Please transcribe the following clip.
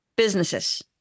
businesses